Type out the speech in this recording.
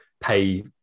pay